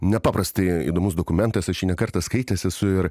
nepaprastai įdomus dokumentas aš jį ne kartą skaitęs esu ir